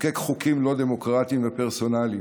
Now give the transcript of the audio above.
לחוקק חוקים לא דמוקרטיים ופרסונליים,